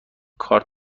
کارت